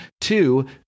two